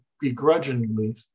begrudgingly